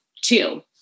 two